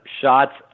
shots